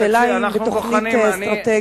השאלה היא אם יש תוכנית אסטרטגית.